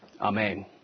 Amen